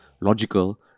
logical